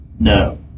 no